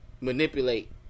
manipulate